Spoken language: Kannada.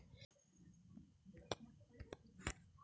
ಹವಾಮಾನ ವೈಪರೀತ್ಯದಿಂದಾಗಿ ಕೀಟ ಬಾಧೆಯನ್ನು ಪತ್ತೆ ಹಚ್ಚಿ ಹೇಗೆ ತಡೆಗಟ್ಟಬಹುದು?